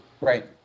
Right